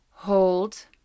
Hold